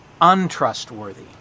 untrustworthy